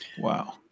Wow